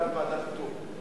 מטעם ועדת איתור,